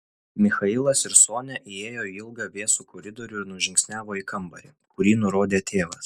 michailas ir sonia įėjo į ilgą vėsų koridorių ir nužingsniavo į kambarį kurį nurodė tėvas